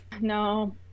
No